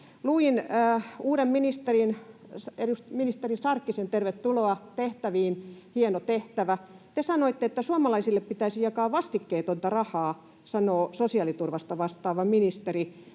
ministeri, ministeri Sarkkinen — tervetuloa tehtäviin, hieno tehtävä — sanoitte: ”Suomalaisille pitäisi jakaa vastikkeetonta rahaa.” Näin sanoi sosiaaliturvasta vastaava ministeri.